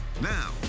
Now